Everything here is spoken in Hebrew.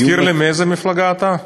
תזכיר לי מאיזו מפלגה אתה?